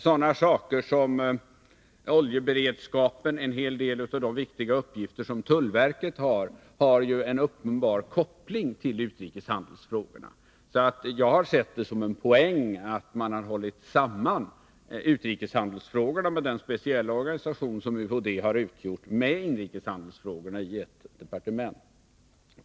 Sådana saker som oljeberedskapen och en hel del av tullverkets viktiga uppgifter har ju en uppenbar koppling till utrikeshandelsfrågorna. Jag har alltså ansett det vara en poäng att man har behandlat utrikeshandelsfrågorna — med den speciella organisationen härvidlag — och inrikeshandelsfrågorna i ett departement.